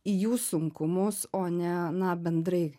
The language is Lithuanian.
į jų sunkumus o ne na bendrai